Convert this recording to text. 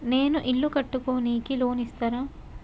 నేను ఇల్లు కట్టుకోనికి లోన్ ఇస్తరా?